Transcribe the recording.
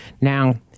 Now